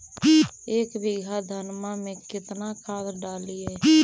एक बीघा धन्मा में केतना खाद डालिए?